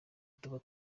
tuba